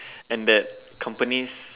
and that company's